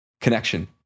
connection